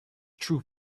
true